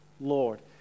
Lord